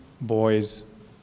boys